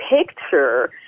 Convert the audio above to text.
picture